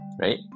right